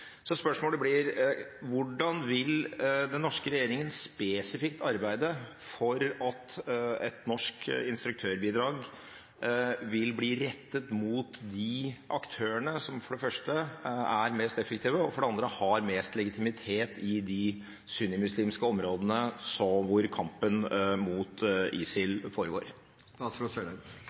Så spørsmålet blir: Hvordan vil den norske regjeringen spesifikt arbeide for at et norsk instruktørbidrag vil bli rettet mot de aktørene som for det første er mest effektive, og for det andre har mest legitimitet i de sunnimuslimske områdene hvor kampen mot